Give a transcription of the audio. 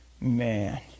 Man